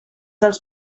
dels